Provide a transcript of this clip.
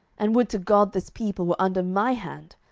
and would to god this people were under my hand!